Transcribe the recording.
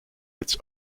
its